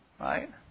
right